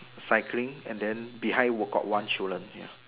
cycling and then behind what got one children